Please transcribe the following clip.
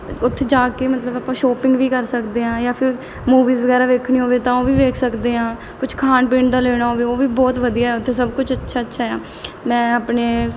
ਉੱਥੇ ਜਾ ਕੇ ਮਤਲਬ ਆਪਾਂ ਸ਼ੋਪਿੰਗ ਵੀ ਕਰ ਸਕਦੇ ਹਾਂ ਜਾਂ ਫਿਰ ਮੂਵੀਜ਼ ਵਗੈਰਾ ਵੇਖਣੀ ਹੋਵੇ ਤਾਂ ਉਹ ਵੀ ਵੇਖ ਸਕਦੇ ਹਾਂ ਕੁਛ ਖਾਣ ਪੀਣ ਦਾ ਲੈਣਾ ਹੋਵੇ ਉਹ ਵੀ ਬਹੁਤ ਵਧੀਆ ਉੱਥੇ ਸਭ ਕੁਛ ਅੱਛਾ ਅੱਛਾ ਆ ਮੈਂ ਆਪਣੇ